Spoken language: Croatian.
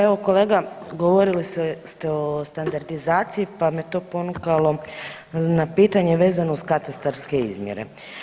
Evo, kolega, govorili ste o standardizaciji pa me to ponukalo na pitanje vezano uz katastarske izmjere.